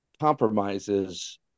compromises